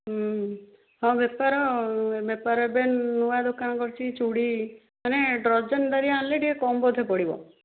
ହ ହଁ ବେପାର ବେପାର ଏବେ ନୂଆ ଦୋକାନ କରିଛି ଚୁଡ଼ି ମାନେ ଡର୍ଜନ ଧରି ଆଣିଲେ ଟିକେ କମ୍ ବୋଧେ ପଡ଼ିବ